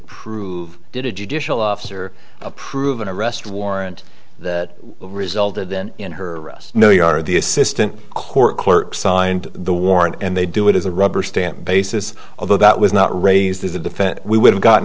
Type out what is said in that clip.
approve did a judicial officer approve an arrest warrant that resulted in in her arrest no you are the assistant court clerk signed the warrant and they do it as a rubber stamp basis although that was not raised as a defense we would have gotten